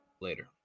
later